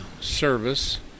service